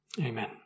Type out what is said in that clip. Amen